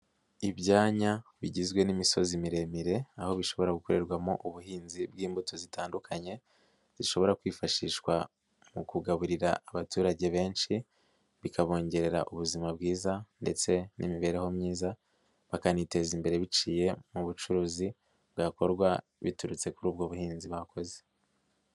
Ibyanya bigizwe n'imisozi miremire, aho bishobora gukorerwamo ubuhinzi bw'imbuto zitandukanye, zishobora kwifashishwa mu kugaburira abaturage benshi, bikabongerera ubuzima bwiza ndetse n'imibereho myiza, bakaniteza imbere biciye mu bucuruzi bwakorwa biturutse kuri ubwo buhinzi bakoze.